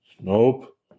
Nope